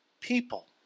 people